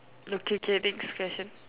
okay okay next question